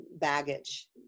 baggage